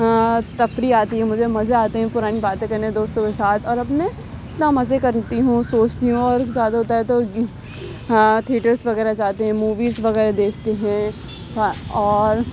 تفریح آتی ہے مجھے مزے آتے ہیں پرانی باتیں کرنے میں دوستوں کے ساتھ اور اپنے اتنا مزہ کرتی ہوں سوچتی ہوں اور زیادہ ہوتا ہے تھیٹرس وغیرہ جاتے ہیں موویز وغیرہ دیکھتے ہیں اور